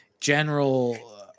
general